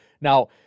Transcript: Now